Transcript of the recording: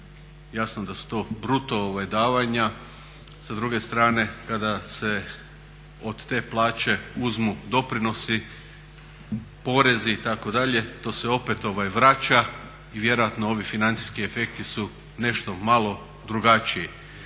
Jasno da su to bruto davanja. Sa druge strane kada se od te plaće uzmu doprinosi, porezi itd. to se opet vraća i vjerojatno ovi financijski efekti su nešto malo drugačiji.